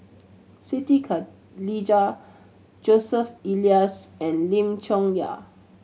Siti Khalijah Joseph Elias and Lim Chong Yah